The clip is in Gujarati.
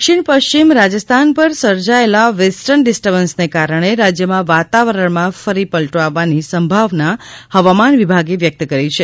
દક્ષિણ પશ્ચિમ રાજસ્થાન પર સર્જાયેલા વેસ્ટર્ન ડિસ્ટબન્સને કારણે રાજ્યમાં વાતાવરણમાં ફરી પલ્ટો આવવાની સંભાવના હવામાન વિભાગે વ્યક્ત કરી છે